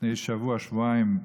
לפני שבוע-שבועיים,